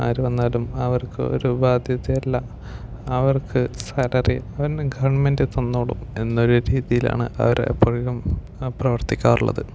ആര് വന്നാലും അവർക്ക് ഒരു ബാധ്യത അല്ല അവർക്ക് സാലറി ഗവൺമെൻറ് തന്നോളും എന്നൊരു രീതിയിലാണ് അവർ എപ്പോഴും പ്രവർത്തിക്കാറുള്ളത്